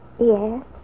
Yes